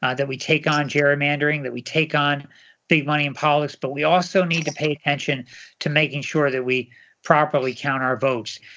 that we take on gerrymandering, that we take on big money in politics, but we also need to pay attention to making sure that we properly count our votes.